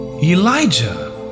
Elijah